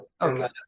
okay